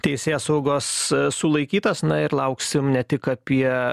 teisėsaugos sulaikytas ir lauksim ne tik apie